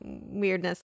weirdness